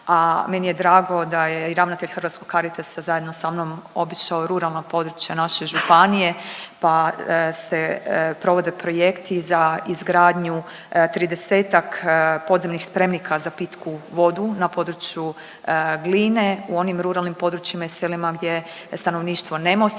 a meni je drago da je i ravnatelj hrvatskog Caritasa zajedno sa mnom obišao i ruralna područja naše županije pa se provode projekti za izgradnju 30-ak podzemnih spremnika za pitku vodu na području Gline u onim ruralnim područjima i selima gdje stanovništvo nema osiguranu